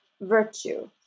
virtue